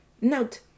Note